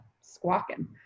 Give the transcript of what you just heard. squawking